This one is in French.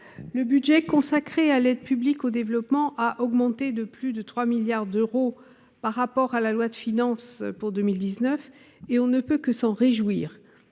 Le budget consacré à l'aide publique au développement a augmenté de plus de 3 milliards d'euros par rapport à la loi de finances pour 2019 ; on ne peut que s'en réjouir.